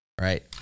Right